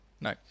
No